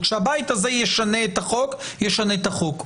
כשהבית הזה ישנה את החוק, ישנה את החוק.